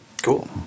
Cool